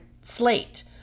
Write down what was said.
slate